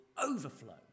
overflow